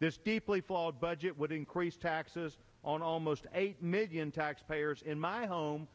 this deeply flawed budget would increase taxes on almost eight million taxpayers in my home